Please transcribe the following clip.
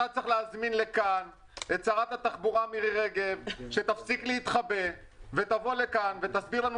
אתה צריך להזמין לכאן את שרת התחבורה שתפסיק להתחבא תבוא לכאן ותסביר לנו